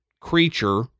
creature